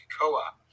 co-op